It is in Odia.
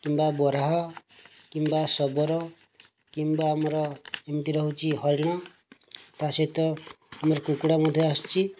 କିମ୍ବା ବରାହ କିମ୍ବା ଶବର କିମ୍ବା ଆମର ଯେମିତି ହେଉଛି ହରିଣ ତା'ସହିତ ଆମର କୁକୁଡ଼ା ମଧ୍ୟ ଆସୁଛି